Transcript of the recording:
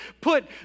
put